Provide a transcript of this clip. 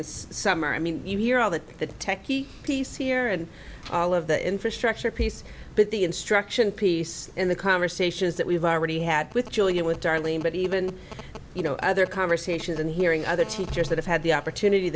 this summer i mean you hear all that the techie piece here and all of the infrastructure piece but the instruction piece in the conversations that we've already had with julia with darlene but even you know other conversations and hearing other teachers that have had the opportunity